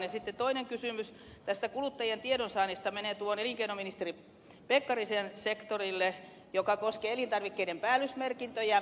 sitten toinen kysymys kuluttajien tiedonsaannista menee elinkeinoministeri pekkarisen sektorille joka koskee elintarvikkeiden päällysmerkintöjä